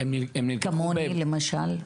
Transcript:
כמוני למשל,